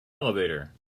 elevator